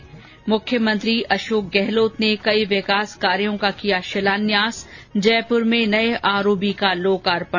्म मुख्यमंत्री अशोक गहलोत ने कई विकास कार्यों का किया शिलान्यास जयपुर में नए आरओबी का लोकार्पण